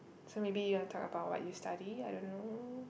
so maybe you wanna talk about what you study I don't know